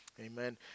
Amen